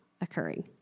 occurring